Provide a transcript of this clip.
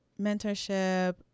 mentorship